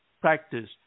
practice